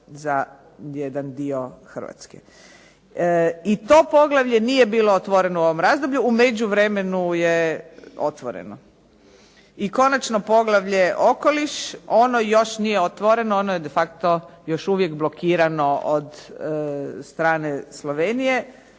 za jedan dio Hrvatske. I to poglavlje nije bilo otvoreno u ovom razdoblju, u međuvremenu je otvoreno. I konačno, poglavlje – Okoliš ono još nije otvoreno, ono je de facto još uvijek blokirano od strane Slovenije.